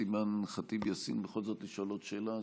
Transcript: אימאן ח'טיב יאסין בכל זאת לשאול עוד שאלה,